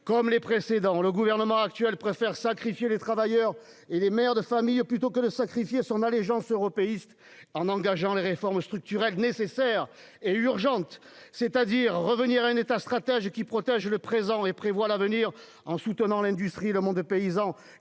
Comme les précédents, le gouvernement actuel préfère sacrifier les travailleurs et les mères de famille plutôt que son allégeance européiste en engageant les réformes structurelles nécessaires et urgentes. De grâce, revenons à un État stratège, qui protège le présent et prévoit l'avenir en soutenant l'industrie et le monde paysan,